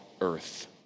earth